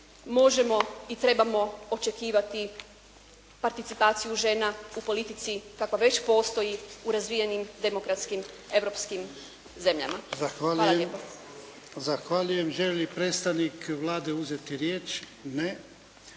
možemo i trebamo očekivati participaciju žena u politici kakva već postoji u razvijenim demokratskim europskim zemljama. Hvala lijepo. **Jarnjak, Ivan (HDZ)** Zahvaljujem. Želi li predstavnik Vlade uzeti riječ? Ne.